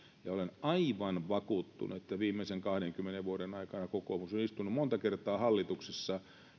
olen aivan vakuuttunut että viimeisen kahdenkymmenen vuoden aikana kokoomus on istunut monta kertaa hallituksessa